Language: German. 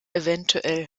evtl